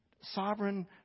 sovereign